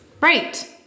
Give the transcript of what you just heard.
Right